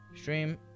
stream